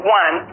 one